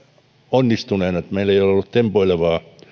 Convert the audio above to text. onnistuneena että meillä ei ole ollut tempoilevaa